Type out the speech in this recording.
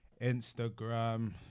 Instagram